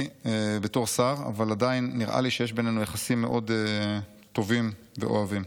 בתור שר אבל עדיין נראה לי שיש ביננו יחסים מאוד טובים ואוהבים.